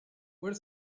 were